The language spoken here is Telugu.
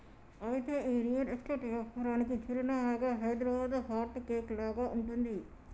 అయితే ఈ రియల్ ఎస్టేట్ వ్యాపారానికి చిరునామాగా హైదరాబాదు హార్ట్ కేక్ లాగా ఉంటుంది